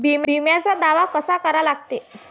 बिम्याचा दावा कसा करा लागते?